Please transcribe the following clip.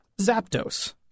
Zapdos